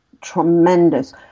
tremendous